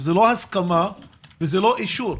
זה לא הסכמה וזה לא אישור.